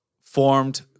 formed